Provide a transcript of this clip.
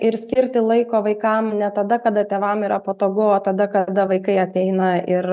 ir skirti laiko vaikam ne tada kada tėvam yra patogu o tada kada vaikai ateina ir